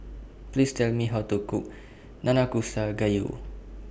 Please Tell Me How to Cook Nanakusa Gayu